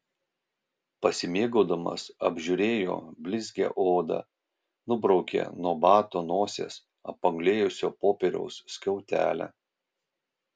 pasimėgaudamas apžiūrėjo blizgią odą nubraukė nuo bato nosies apanglėjusio popieriaus skiautelę